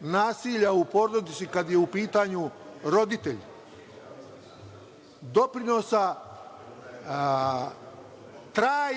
nasilja u porodici kada je u pitanju roditelj, doprinosa trajnoj